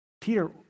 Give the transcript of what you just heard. Peter